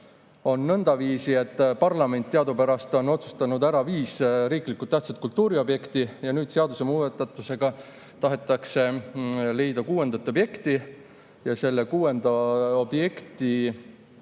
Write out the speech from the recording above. seadus. Parlament teadupärast on otsustanud ära viis riiklikult tähtsat kultuuriobjekti ja nüüd selle seadusemuudatusega tahetakse leida kuuendat objekti. Ja selle kuuenda objekti